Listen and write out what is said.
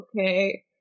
okay